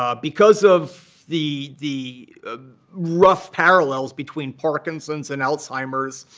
um because of the the rough parallels between parkinson's and alzheimer's